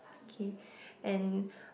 K and